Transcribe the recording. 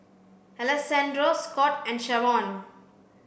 Alessandro Scot and Shavonne